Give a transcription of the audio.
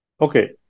Okay